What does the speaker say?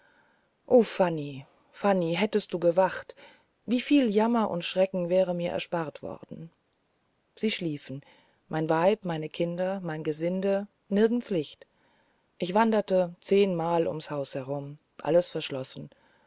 fanny fanny hättest du gewacht wie viel jammer und schrecken wäre mir erspart worden sie schliefen mein weib meine kinder mein gesinde nirgends licht ich wanderte zehnmal ums haus herum alles verschlossen